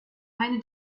eine